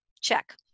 check